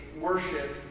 worship